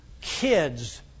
Kids